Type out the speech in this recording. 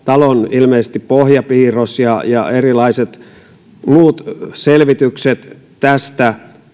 ilmeisesti talon pohjapiirros ja erilaiset muut selvitykset tästä